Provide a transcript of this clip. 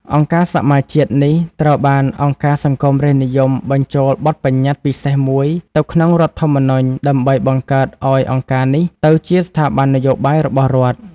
អង្គការសមាជជាតិនេះត្រូវបានអង្គការសង្គមរាស្ត្រនិយមបញ្ចូលបទប្បញ្ញត្តិពិសេសមួយទៅក្នុងរដ្ឋធម្មនុញ្ញ ដើម្បីបង្កើតឱ្យអង្គការនេះទៅជាស្ថាប័ននយោបាយរបស់រដ្ឋ។